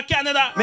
Canada